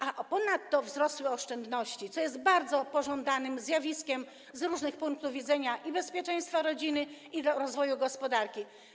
A ponadto wzrosły oszczędności, co jest bardzo pożądanym zjawiskiem z różnych punktów widzenia, i bezpieczeństwa rodziny, i rozwoju gospodarki.